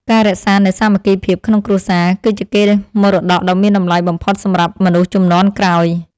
ការរក្សានូវសាមគ្គីភាពក្នុងគ្រួសារ គឺជាកេរមរតកដ៏មានតម្លៃបំផុតសម្រាប់មនុស្សជំនាន់ក្រោយ។